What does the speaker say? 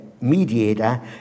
mediator